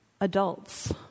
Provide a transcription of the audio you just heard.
adults